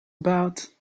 about